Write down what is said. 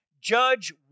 Judge